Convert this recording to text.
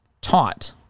taught